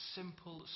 simple